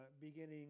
beginning